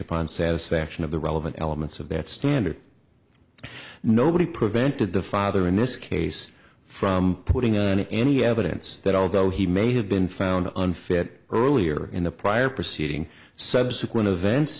upon satisfaction of the relevant elements of that standard nobody prevented the father in this case from putting on any evidence that although he may have been found unfit earlier in the prior proceeding subsequent events